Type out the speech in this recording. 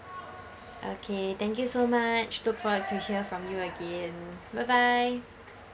okay thank you so much look forward to hear from you again bye bye